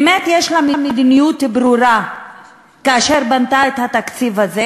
באמת הייתה לה מדיניות ברורה כאשר היא בנתה את התקציב הזה?